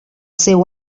seu